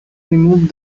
removed